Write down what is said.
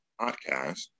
podcast